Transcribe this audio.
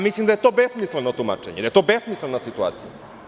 Mislim da je to besmisleno tumačenje i da je to besmislena situacija.